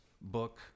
book